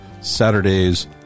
Saturday's